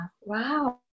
Wow